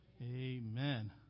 Amen